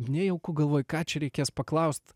nejauku galvoj ką čia reikės paklaust